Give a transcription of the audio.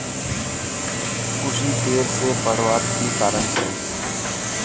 कुशी देर से बढ़वार की कारण छे?